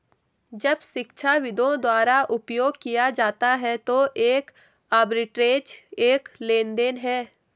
जब शिक्षाविदों द्वारा उपयोग किया जाता है तो एक आर्बिट्रेज एक लेनदेन है